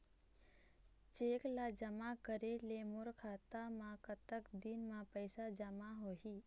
Cheque ला जमा करे ले मोर खाता मा कतक दिन मा पैसा जमा होही?